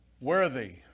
Worthy